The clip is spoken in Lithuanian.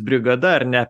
brigada ar ne